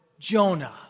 Jonah